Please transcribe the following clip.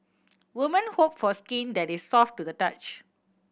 women hope for skin that is soft to the touch